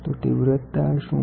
તો તીવ્રતા શુ છે